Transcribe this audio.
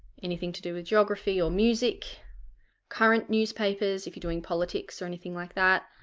anything to do with geography or music current newspapers if you're doing politics or anything like that,